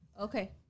Okay